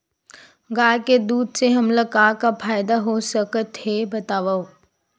गाय के दूध से हमला का का फ़ायदा हो सकत हे बतावव?